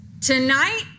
tonight